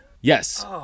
Yes